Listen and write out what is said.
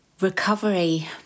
Recovery